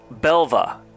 Belva